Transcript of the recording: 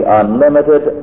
unlimited